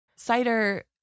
Cider